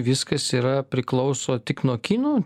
viskas yra priklauso tik nuo kinų